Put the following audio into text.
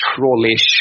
trollish